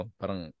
parang